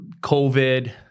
COVID